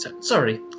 sorry